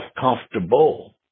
comfortable